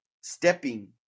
stepping